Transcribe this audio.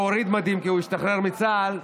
או הוריד מדים כי הוא השתחרר מצה"ל,